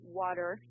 water